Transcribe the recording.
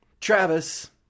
Travis